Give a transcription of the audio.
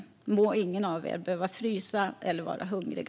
Må ingen av er behöva frysa eller vara hungrig.